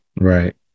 Right